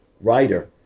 writer